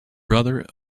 brother